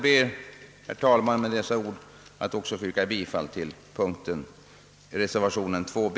Med dessa ord ber jag att få yrka bifall även till reservationen 2 b.